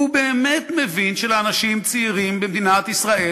הוא באמת מבין שלאנשים צעירים במדינת ישראל